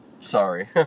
Sorry